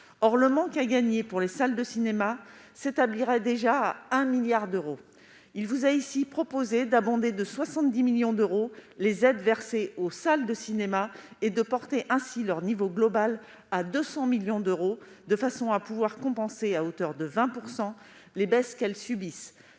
Or leur manque à gagner s'établirait déjà à 1 milliard d'euros. Il vous est ici proposé d'abonder de 70 millions d'euros les aides versées aux salles de cinéma et de porter ainsi leur niveau global à 200 millions d'euros, de façon à pouvoir compenser à hauteur de 20 % les baisses qu'elles subissent.